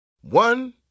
One